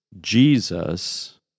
Jesus